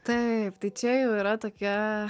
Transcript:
taip tai čia jau yra tokia